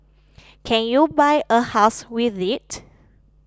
can you buy a house with it